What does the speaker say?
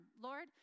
Lord